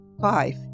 Five